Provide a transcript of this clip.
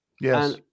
Yes